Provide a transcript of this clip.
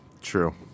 True